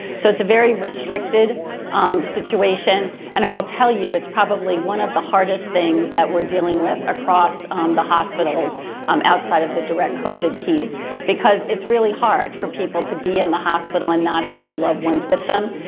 so it's very restricted um situation and i will tell you it's probably one of the hardest things that we're dealing with across the hospitals um outside of the direct covid piece because it's really hard for people to be in the hospital and not have their loved ones with them.